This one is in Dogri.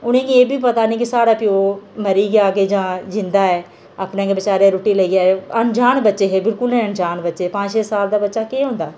उ'नेंगी एह् बी पता नेईं के साढ़ा प्यो मरी गेआ कि जां जींदा ऐ अपने गै बचारे रोटी लेइयै अनजान बच्चे हे बिल्कुल अनजान बच्चे पंज छे साल दा बच्चा केह् होंदा